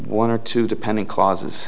one or two depending clauses